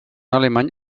alemany